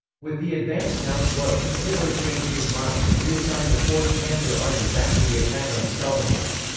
with the advance now slowed, hitler changed his mind and reassigned the fourth panzer army back to the attack on stalingrad.